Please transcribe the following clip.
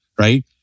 Right